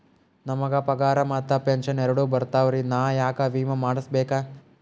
ನಮ್ ಗ ಪಗಾರ ಮತ್ತ ಪೆಂಶನ್ ಎರಡೂ ಬರ್ತಾವರಿ, ನಾ ಯಾಕ ವಿಮಾ ಮಾಡಸ್ಬೇಕ?